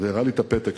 והראה לי את הפתק.